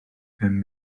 pum